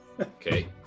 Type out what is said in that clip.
Okay